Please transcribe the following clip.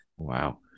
wow